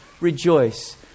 rejoice